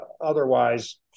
otherwise